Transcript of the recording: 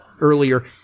earlier